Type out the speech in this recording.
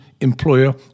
employer